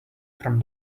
from